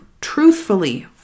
truthfully